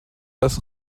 das